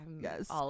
yes